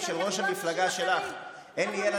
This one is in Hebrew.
למה?